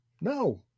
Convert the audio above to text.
no